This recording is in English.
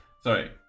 Sorry